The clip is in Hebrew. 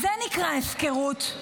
זה נקרא הפקרות.